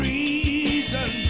reason